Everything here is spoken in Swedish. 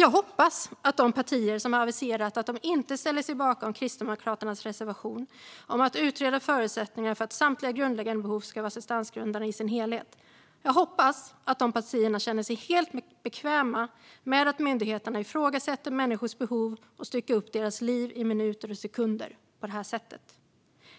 Jag hoppas att de partier som har aviserat att de inte ställer sig bakom Kristdemokraternas reservation om att utreda förutsättningarna för att samtliga grundläggande behov ska vara assistansgrundande i sin helhet känner sig helt bekväma med att myndigheter ifrågasätter människors behov och styckar upp deras liv i minuter och sekunder på det här sättet.